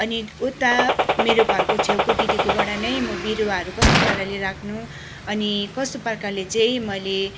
अनि उता मेरो घरको छेउको दिदीको बाट नै मो बिरुवाहरू कस्तो पाराले राख्नु अनि कस्तो प्रकारले चाहिँ मैले